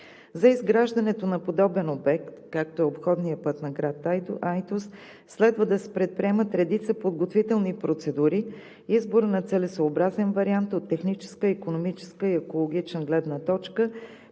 За изграждането на подобен обект, както е обходният път на град Айтос, следва да се предприемат редица подготвителни процедури, избор на целесъобразен вариант от техническа, икономическа и екологична гледна точка,